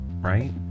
right